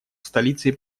столицей